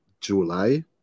July